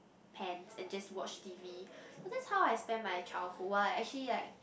pants and just watch T_V so that's how I spent my childhood while I actually like